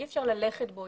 אי אפשר ללכת בו,